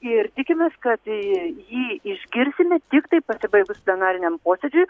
ir tikimės kad jį išgirsime tiktai pasibaigus plenariniam posėdžiui